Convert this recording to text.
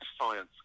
science